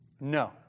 No